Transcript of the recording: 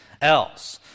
else